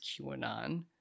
QAnon